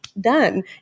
Done